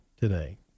today